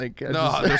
No